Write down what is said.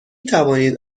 توانید